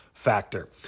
Factor